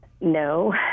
no